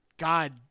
God